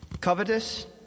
covetous